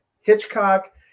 Hitchcock